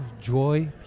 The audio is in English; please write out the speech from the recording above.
joy